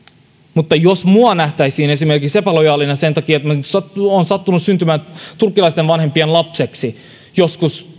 mutta jos esimerkiksi minut nähtäisiin epälojaalina sen takia että minä olen sattunut syntymään turkkilaisten vanhempien lapseksi joskus